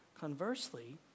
Conversely